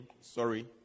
sorry